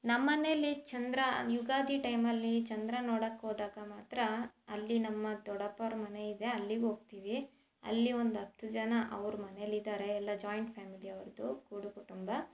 ನಮ್ಮ ಮನೆಯಲ್ಲಿ ಚಂದ್ರ ಯುಗಾದಿ ಟೈಮಲ್ಲಿ ಚಂದ್ರ ನೋಡಕ್ಕೆ ಹೋದಾಗ ಮಾತ್ರ ಅಲ್ಲಿ ನಮ್ಮ ದೊಡ್ಡಪ್ಪ ಅವ್ರ ಮನೆ ಇದೆ ಅಲ್ಲಿಗೆ ಹೋಗ್ತೀವಿ ಅಲ್ಲಿ ಒಂದು ಹತ್ತು ಜನ ಅವ್ರ ಮನೆಯಲ್ಲಿದ್ದಾರೆ ಎಲ್ಲ ಜಾಯಿಂಟ್ ಫ್ಯಾಮಿಲಿ ಅವ್ರದ್ದು ಕೂಡು ಕುಟುಂಬ